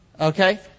okay